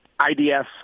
IDF